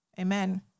Amen